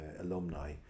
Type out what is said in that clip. alumni